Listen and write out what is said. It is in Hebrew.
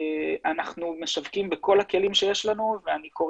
אנחנו משווקים בכל הכלים שיש לנו ואני קורא